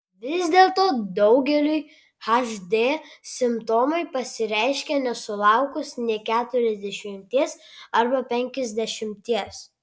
vis dėlto daugeliui hd simptomai pasireiškia nesulaukus nė keturiasdešimties arba penkiasdešimties